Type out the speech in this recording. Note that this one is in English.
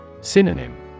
Synonym